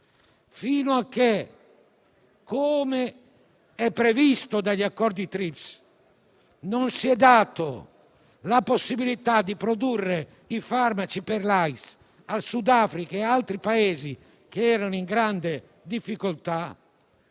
Fino a che, come previsto dagli accordi Trips, non si è data la possibilità di produrre i farmaci per l'AIDS al Sudafrica e ad altri Paesi in grande difficoltà,